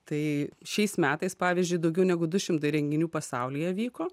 tai šiais metais pavyzdžiui daugiau negu du šimtai renginių pasaulyje vyko